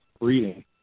reading